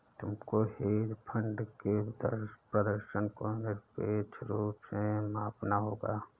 तुमको hedge fund के प्रदर्शन को निरपेक्ष रूप से मापना होगा